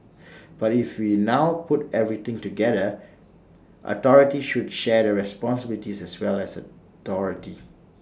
but if we now put everything together authority should share the responsibilities as well as authority